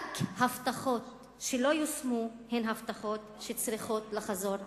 רק הבטחות שלא יושמו הן הבטחות שצריך לחזור עליהן.